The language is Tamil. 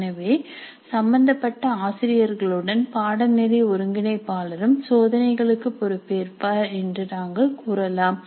எனவே சம்பந்தப்பட்ட ஆசிரியர்களுடன் பாடநெறி ஒருங்கிணைப்பாளரும் சோதனைகளுக்கு பொறுப்பேற்பார் என்று நாங்கள் கூறலாம்